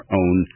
own